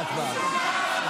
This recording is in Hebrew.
חברי הכנסת.